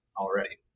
already